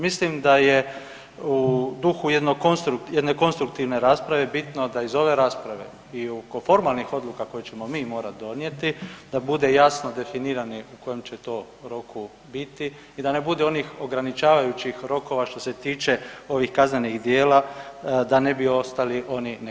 Mislim da je u duhu jedne konstruktivne rasprave bitno da iz ove rasprave i oko formalnih odluka koje ćemo mi morat donijeti da bude jasno definirano u kojem će to roku biti i da ne bude onih ograničavajućih rokova što se tiče ovih kaznenih djela, da ne bi ostali oni nekažnjeni.